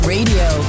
Radio